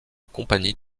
compagnie